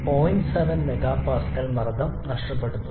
7 MPa മർദ്ദം നഷ്ടപ്പെടും